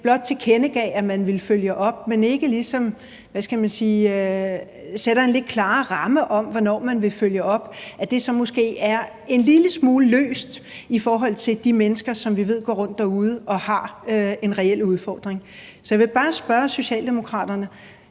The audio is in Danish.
blot tilkendegiver, at man vil følge op, men ikke ligesom, hvad skal man sige, sætter en lidt klarere ramme om, hvornår man vil følge op, så synes jeg, at det måske er en lille smule løst i forhold til de mennesker, som vi ved går rundt derude og har en reel udfordring. Så jeg vil bare spørge Socialdemokraterne,